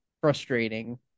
frustrating